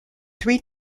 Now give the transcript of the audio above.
three